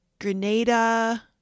Grenada